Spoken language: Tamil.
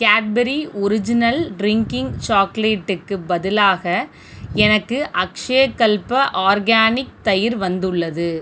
கேட்பரி ஒரிஜினல் ட்ரின்கிங் சாக்லேட்க்கு பதிலாக எனக்கு அக்ஷயகல்ப ஆர்கானிக் தயிர் வந்துள்ளது